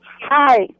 Hi